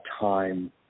time